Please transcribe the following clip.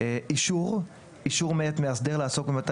"אישור" - אישור מאת מאסדר לעסוק במתן